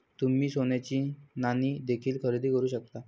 तुम्ही सोन्याची नाणी देखील खरेदी करू शकता